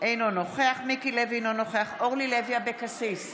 אינו נוכח מיקי לוי, אינו נוכח אורלי לוי אבקסיס,